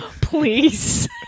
Please